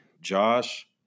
Josh –